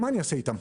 מה אני אעשה איתם?